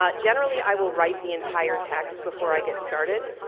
ah generally, i will write the entire text before i get started.